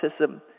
autism